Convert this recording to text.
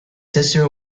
sister